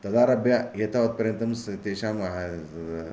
तदारभ्य एतावत्पर्यन्तं तेषां